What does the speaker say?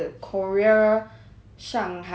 shanghai taiwan then taiwan leh